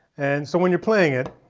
and so when you're playing it